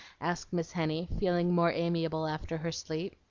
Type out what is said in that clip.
asked miss henny, feeling more amiable after her sleep.